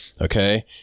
Okay